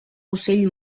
ocell